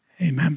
Amen